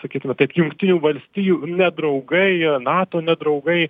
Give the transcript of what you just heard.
sakytume taip jungtinių valstijų nedraugai nato nedraugai